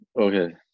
okay